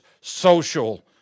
social